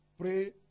pray